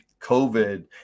COVID